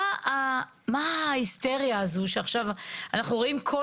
מה ההיסטריה הזו שעכשיו אנחנו רואים כל